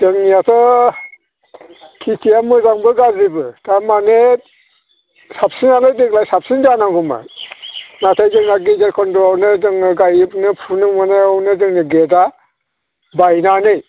जोंनियाथ' खेतिया मोजांबो गाज्रिबो तारमाने खायसेयानो देग्लाय साबसिन जानांगौमोन नाथाय जोंना गेजेर खन्द'आवनो जोङो गायनो फुनो मोनियावनो जोंना गेटआ बायनानै